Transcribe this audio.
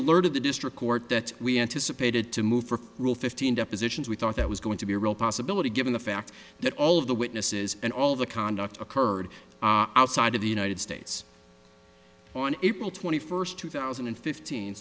alerted the district court that we anticipated to move for rule fifteen depositions we thought that was going to be a real possibility given the fact that all of the witnesses and all the conduct occurred outside of the united states on april twenty first two thousand and fifteen